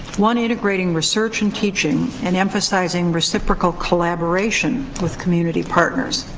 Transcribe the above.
one integrating research and teaching and emphasizing reciprocal collaboration with community partners.